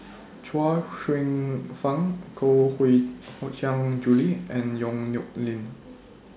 Chuang Hsueh Fang Koh Hui Hiang Julie and Yong Nyuk Lin